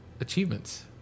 achievements